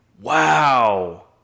Wow